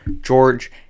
George